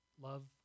love